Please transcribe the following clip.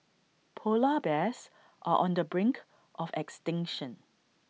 Polar Bears are on the brink of extinction